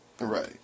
Right